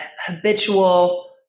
habitual